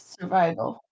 survival